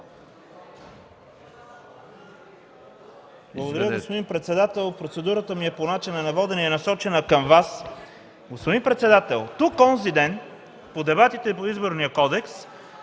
Благодаря, господин председател. Процедурата ми по начина на водене е насочена към Вас. Господин председател, тук онзи ден по дебатите по Изборния кодекс